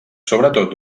sobretot